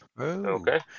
Okay